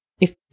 If